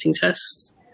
tests